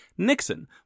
Nixon